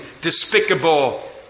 despicable